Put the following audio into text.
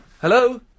Hello